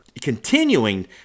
continuing